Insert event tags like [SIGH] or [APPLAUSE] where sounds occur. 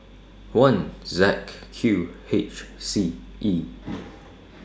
one Z Q H C E [NOISE]